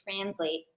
translate